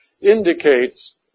indicates